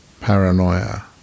paranoia